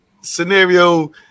scenario –